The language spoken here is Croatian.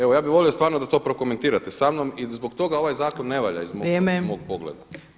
Evo ja bih volio stvarno da to prokomentirate sa mnom i zbog toga ovaj zakon ne valja iz mog pogleda.